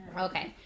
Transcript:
Okay